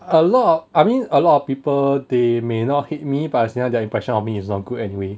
a lot I mean a lot of people they may not hate me but their impression on me is not good anyway